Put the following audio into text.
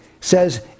says